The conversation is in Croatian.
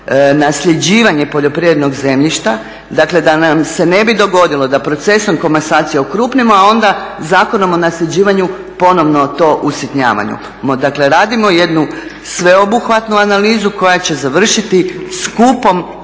nasljeđivanje poljoprivrednog zemljišta, dakle da nam se ne bi dogodilo da procesom komasacije okrupnimo a onda Zakonom o nasljeđivanju ponovno to usitnjavamo. Dakle, radimo jednu sveobuhvatnu analizu koja će završiti skupom